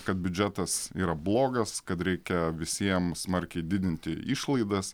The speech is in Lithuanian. kad biudžetas yra blogas kad reikia visiem smarkiai didinti išlaidas